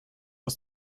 aus